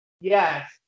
Yes